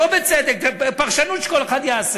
בצדק, שלא בצדק, פרשנות שכל אחד יעשה.